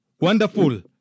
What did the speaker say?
wonderful